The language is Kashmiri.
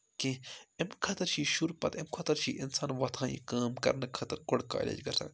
کینٛہہ اَمہِ خٲطرٕ چھِ یہِ شُر پَتہٕ اَمہِ خٲطرٕ چھِ اِنسان وۄتھان یہِ کٲم کَرنہٕ خٲطرٕ گۄڈٕ کالیج گژھان